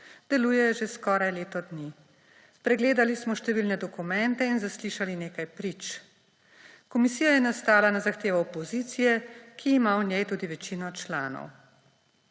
deluje že skoraj leto dni. Pregledali smo številne dokumente in zaslišali nekaj prič. Komisija je nastala na zahtevo opozicije, ki ima v njej tudi večino članov.